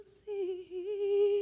see